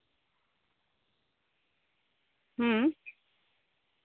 ᱦᱩᱸ